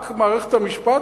רק מערכת המשפט?